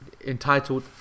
entitled